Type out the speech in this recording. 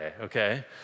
okay